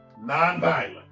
nonviolent